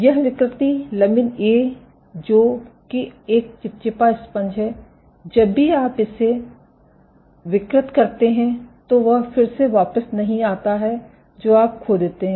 यह विकृति lamin A जो कि एक चिपचिपा स्पंज है जब भी आप इसे विकृत करते हैं तो वह फिर से वापिस नहीं आता है जो आप खो देते हैं